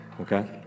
okay